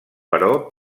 però